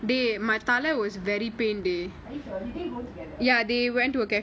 are you sure did they go together